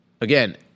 Again